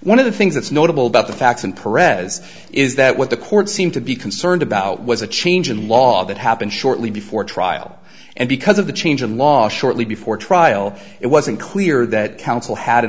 one of the things that's notable about the facts and perec is is that what the court seemed to be concerned about was a change in law that happened shortly before trial and because of the change in law shortly before trial it wasn't clear that counsel had an